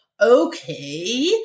okay